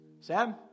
Sam